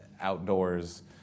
outdoors